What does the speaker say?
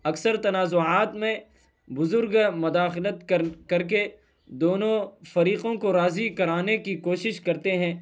اکثر تنازعات میں بزرگ مداخلت کر کر کے دونوں فریقوں کو راضی کرانے کی کوشش کرتے ہیں